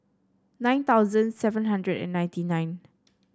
nine thousand seven hundred and ninety nine